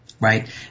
Right